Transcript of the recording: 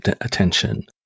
attention